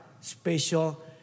special